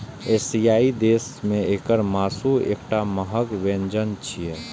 एशियाई देश मे एकर मासु एकटा महग व्यंजन छियै